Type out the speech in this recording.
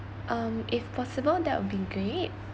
um if possible that'll be great